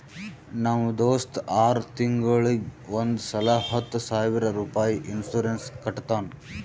ನಮ್ ದೋಸ್ತ ಆರ್ ತಿಂಗೂಳಿಗ್ ಒಂದ್ ಸಲಾ ಹತ್ತ ಸಾವಿರ ರುಪಾಯಿ ಇನ್ಸೂರೆನ್ಸ್ ಕಟ್ಟತಾನ